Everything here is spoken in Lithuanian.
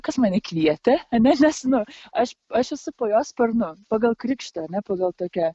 kas mane kvietė ane nes nu aš aš esu po jos sparnu pagal krikštą ane pagal tokią